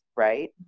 right